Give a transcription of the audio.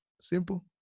Simple